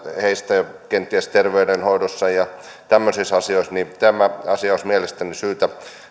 heistä kenties terveydenhoidossa ja tämmöisissä asioissa tämä asia olisi mielestäni syytä